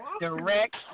Direct